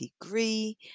degree